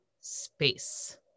space